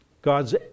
God's